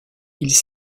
ils